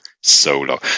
solo